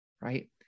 right